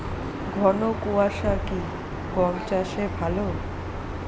ঘন কোয়াশা কি গম চাষে ভালো?